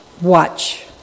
watch